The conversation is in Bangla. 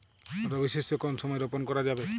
রবি শস্য কোন সময় রোপন করা যাবে?